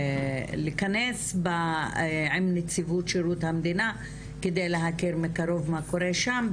לכנס עם נציבות שירות המדינה כדי להכיר מקרוב מה קורה שם,